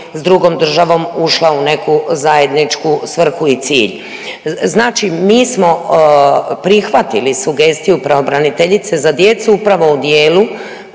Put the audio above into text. s drugom državom ušla u neku zajedničku svrhu i cilj. Znači mi smo prihvatili sugestiju pravobraniteljice za djecu upravo u dijelu